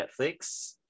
Netflix